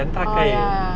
oh ya ya ya